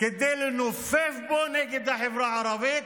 כדי לנופף בו נגד החברה הערבית,